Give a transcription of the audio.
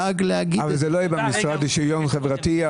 לצערי זה לא יהיה במשרד לשוויון חברתי,